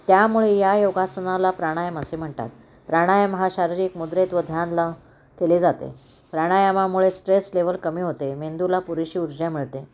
त्यामुळे या योगासनाला प्राणायाम असे म्हणतात प्राणायाम हा शारीरिक मुद्रेत ध्यान लावून केले जाते प्राणायामामुळे स्ट्रेस लेव्हल कमी होते मेंदूला पुररीशी उर्जा मिळते